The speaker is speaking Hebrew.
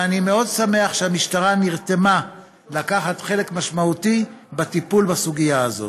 ואני מאוד שמח שהמשטרה נרתמה לקחת חלק משמעותי בטיפול בסוגיה הזאת.